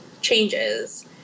changes